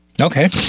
Okay